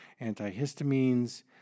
antihistamines